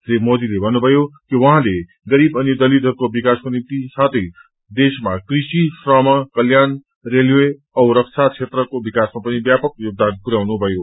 री मोदीले भन्नुभयो कि उहाँले गरीब अनि दलितहरूको विकासको निम्ति साथै देशमा कृषि श्रम कल्याण रेलवे औ रक्षा क्षेत्रको विकासमा पनि व्यापक योगदान पुरयाउनुभयो